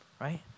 Right